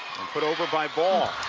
put over by bahl